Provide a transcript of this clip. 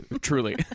truly